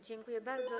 Dziękuję bardzo.